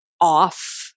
off